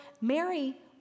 Mary